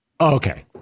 Okay